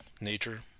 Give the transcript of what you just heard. nature